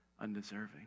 undeserving